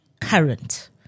current